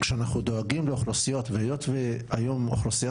כשאנחנו דואגים לאוכלוסיות והיות והיום אוכלוסיות